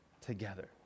together